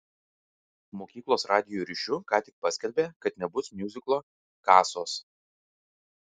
mokyklos radijo ryšiu ką tik paskelbė kad nebus miuziklo kasos